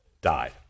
died